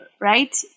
right